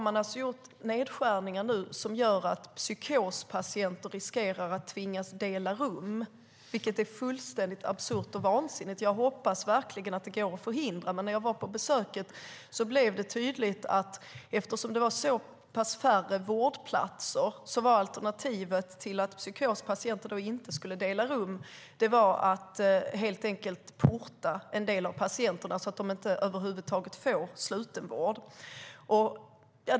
Man har gjort nedskärningar som gör att psykospatienter riskerar att tvingas dela rum, vilket är fullständigt absurt och vansinnigt. Jag hoppas verkligen att det går att förhindra. Men när jag var på besök var det något som blev tydligt. Eftersom det var färre vårdplatser var alternativet till att psykospatienter inte skulle dela rum att man helt enkelt skulle porta en del av patienterna så att de inte får slutenvård över huvud taget.